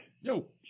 Yo